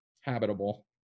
habitable